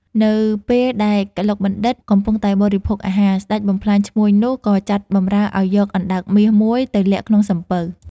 នៅ ពេលដែលកឡុកបណ្ឌិតកំពុងតែបរិភោគអាហារ ស្ដេចបំផ្លាញឈ្មួញនោះ ក៏ចាត់បម្រើឲ្យយកអណ្ដើកមាស មួយទៅលាក់ក្នុងសំពៅ ។